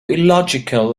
illogical